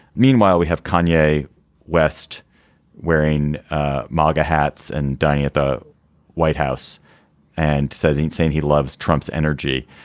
meanwhile we have kenya west wearing mega hats and dining at the white house and says he's saying he loves trump's energy.